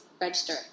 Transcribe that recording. register